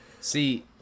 See